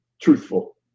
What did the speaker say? truthful